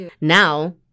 Now